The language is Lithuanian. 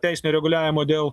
teisinio reguliavimo dėl